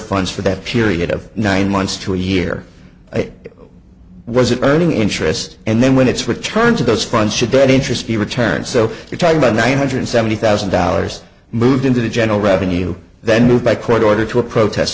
funds for that period of nine months to a year it wasn't earning interest and then when it's returned to those funds should that interest be returned so we're talking about nine hundred seventy thousand dollars moved into the general revenue then moved by court order to a protest